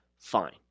Fine